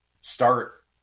start